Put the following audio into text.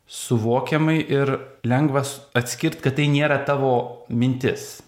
suvokiamai ir lengvas atskirt kad tai nėra tavo mintis